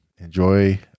enjoy